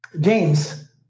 james